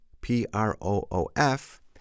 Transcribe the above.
P-R-O-O-F